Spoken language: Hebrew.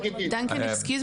(באמצעות מצגת) אני רק אתן לכם סקירה